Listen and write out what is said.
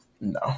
No